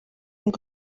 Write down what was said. ngo